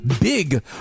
big